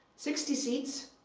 sixty seats,